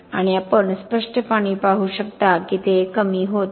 आणि आपण स्पष्टपणे पाहू शकता की ते कमी होत आहे